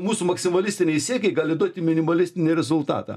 mūsų maksimalistiniai siekiai gali duoti minimalistinį rezultatą